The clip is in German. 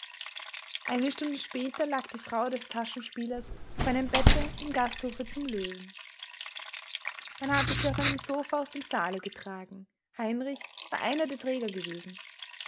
eine stunde später lag die frau des taschenspielers auf einem bette im gasthofe zum löwen man hatte sie auf einem sofa aus dem saale getragen heinrich war einer der träger gewesen